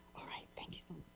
thank you for